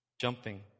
jumping